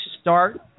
start